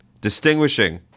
distinguishing